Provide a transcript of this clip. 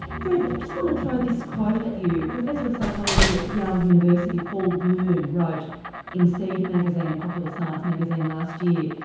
fred, i just want to throw this quote at you, professor of psychology at yale university paul bloom wrote in seed magazine, a popular science magazine last year,